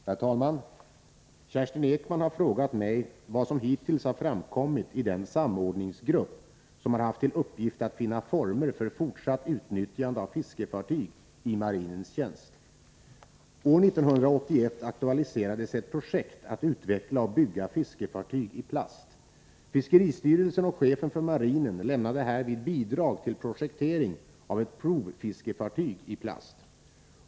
Herr talman! Kerstin Ekman har frågat mig vad som hittills har framkommit i den samordningsgrupp som haft till uppgift att finna former för fortsatt utnyttjande av fiskefartyg i marinens tjänst. År 1981 aktualiserades ett projekt att utveckla och bygga fiskefartyg i plast. Fiskeristyrelsen och chefen för marinen lämnade härvid bidrag till projektering av ett provfiskefartyg i plast.